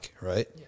right